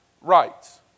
rights